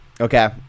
Okay